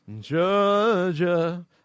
Georgia